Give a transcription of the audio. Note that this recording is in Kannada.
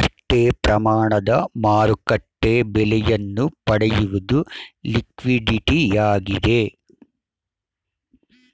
ಅಷ್ಟೇ ಪ್ರಮಾಣದ ಮಾರುಕಟ್ಟೆ ಬೆಲೆಯನ್ನು ಪಡೆಯುವುದು ಲಿಕ್ವಿಡಿಟಿಯಾಗಿದೆ